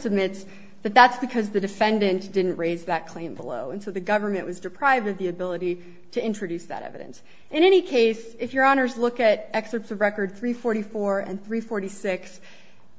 submits but that's because the defendant didn't raise that claim below and so the government was deprived of the ability to introduce that evidence in any case if your honour's look at excerpts of record three forty four and three forty six